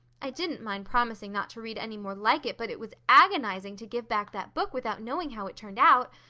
i didn't mind promising not to read any more like it, but it was agonizing to give back that book without knowing how it turned out.